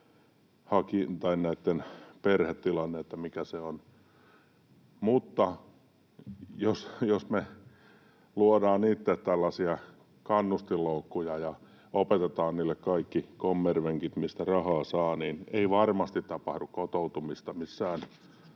perhetilanne on. Jos me luodaan itse tällaisia kannustinloukkuja ja opetetaan heille kaikki kommervenkit, mistä rahaa saa, niin ei varmasti tapahdu kotoutumista missään